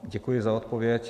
Děkuji za odpověď.